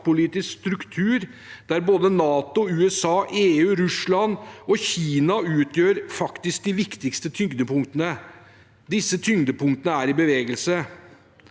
maktpolitisk struktur der både NATO, USA, EU, Russland og Kina faktisk utgjør de viktigste tyngdepunktene. Disse tyngdepunktene er i bevegelse,